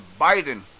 Biden